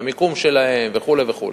את המיקום שלהם וכו' וכו'.